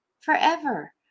forever